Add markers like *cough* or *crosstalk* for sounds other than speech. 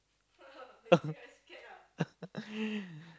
*laughs*